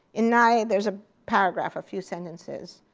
in nye there's a paragraph, a few sentences.